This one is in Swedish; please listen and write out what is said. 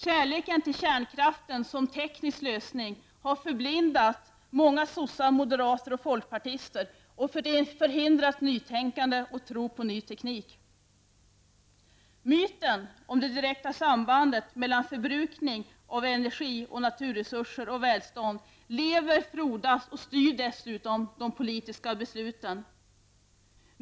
Kärleken till kärnkraften som teknisk lösning har förblindat många sossar, moderater och folkpartister och förhindrat nytänkande att tro på ny teknik. Myten om det direkta sambandet mellan förbrukning av energi och naturresurser och välstånd lever, frodas och styr dessutom de politiska besluten.